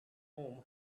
home